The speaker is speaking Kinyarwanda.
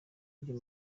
byo